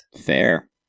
Fair